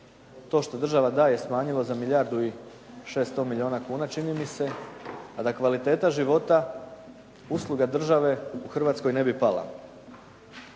to što država daje smanjilo za milijardu i 600 milijuna kuna čini mi se, a da kvaliteta života, usluga države u Hrvatskoj ne bi pala.